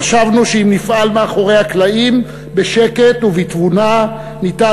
חשבנו שאם נפעל מאחורי הקלעים בשקט ובתבונה אפשר